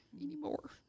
anymore